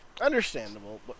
understandable